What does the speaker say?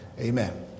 Amen